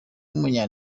w’umunya